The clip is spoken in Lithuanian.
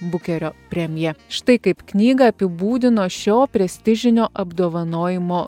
bukerio premija štai kaip knygą apibūdino šio prestižinio apdovanojimo